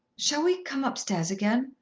shall we come upstairs again?